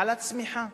על הצמיחה,